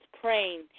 praying